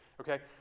Okay